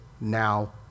now